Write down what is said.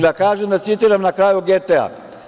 Da kažem, da citiram na kraju Getea.